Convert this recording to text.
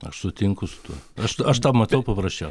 aš sutinku su tuo aš aš tą matau papraščiau